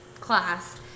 class